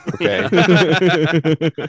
okay